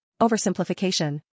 Oversimplification